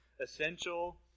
essential